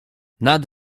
nad